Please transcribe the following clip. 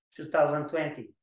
2020